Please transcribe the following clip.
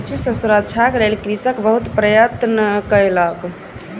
पक्षी सॅ सुरक्षाक लेल कृषक बहुत प्रयत्न कयलक